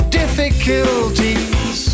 difficulties